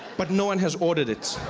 but no one has ordered it.